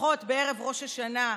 לפחות בערב ראש השנה,